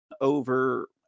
over